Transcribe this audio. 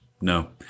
no